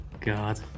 God